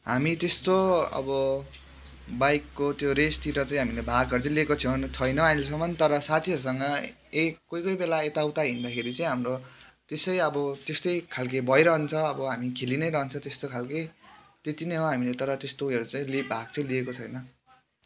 हामी त्यस्तो अब बाइकको त्यो रेसतिर चाहिँ हामीले भागहरू चाहिँ लिएको छैइ छैन अहिलेसम्म तर साथीहरूसँग ए कोही कोही बेला यताउता हिँड्दाखेरि चाहिँ हाम्रो त्यसै अब त्यस्तै खालको भइरहन्छ अब हामी खेली नै रहन्छ त्यस्तो खालको त्यति नै हो हामीले तर त्यस्तो उयोहरू चाहिँ लि भाग चाहिँ लिएको छैन